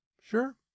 sure